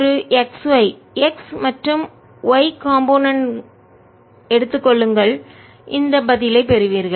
ஒரு x y x மற்றும் y component கூறுகளை எடுத்துக் கொள்ளுங்கள் இந்த பதிலை பெறுவீர்கள்